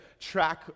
track